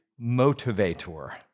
motivator